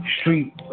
street